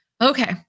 okay